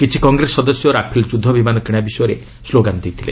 କିଛି କଂଗ୍ରେସ ସଦସ୍ୟ ରାଫେଲ ଯୁଦ୍ଧ ବିମାନ କିଣା ବିଷୟରେ ସ୍କୋଗାନ୍ ଦେଇଥିଲେ